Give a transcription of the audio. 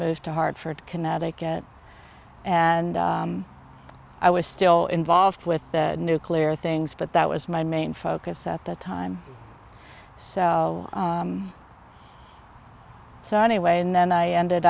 moved to hartford connecticut and i was still involved with the nuclear things but that was my main focus at the time so so anyway and then i ended